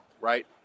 right